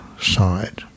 side